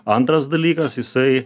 antras dalykas jisai